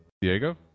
Diego